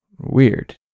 Weird